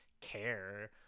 care